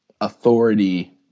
authority